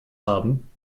haben